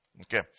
Okay